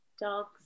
dogs